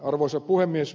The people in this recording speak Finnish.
arvoisa puhemies